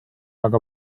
aga